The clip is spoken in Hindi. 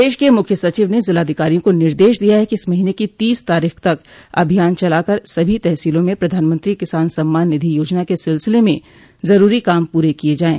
प्रदेश के मुख्य सचिव ने जिलाधिकारियों को निर्देश दिया है कि इस महीने की तीस तारीख तक अभियान चला कर सभी तहसीलों में प्रधानमंत्री किसान सम्मान निधि योजना के सिलसिले में जरूरी काम पूरे किये जाये